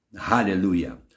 hallelujah